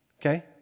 okay